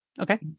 Okay